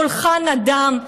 קולך נדם,